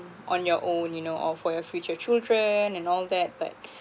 on your own you know or for your future children and all that but